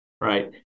right